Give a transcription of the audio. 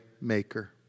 maker